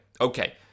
Okay